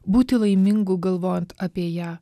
būti laimingu galvojant apie ją